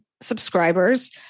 subscribers